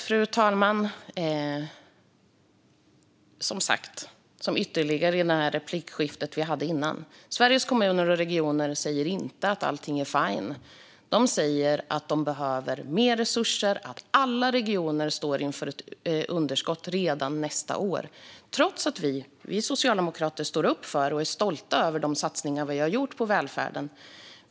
Fru talman! Sveriges Kommuner och Regioner säger inte att allting är fine. De säger att de behöver mer resurser och att alla regioner står inför underskott redan nästa år. Vi socialdemokrater står upp för och är stolta över de satsningar vi har gjort på välfärden.